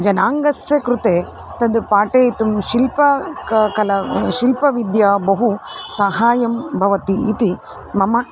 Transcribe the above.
जनाङ्गस्य कृते तद् पाठयितुं शिल्पस्य क कला शिल्पविद्या बहु सहायं भवति इति मम